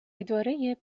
اداره